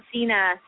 Cena